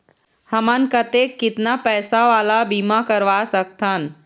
हमन कतेक कितना पैसा वाला बीमा करवा सकथन?